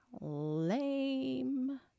Lame